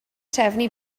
trefnu